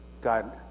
God